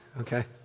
okay